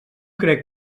crec